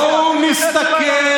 בואו נסתכל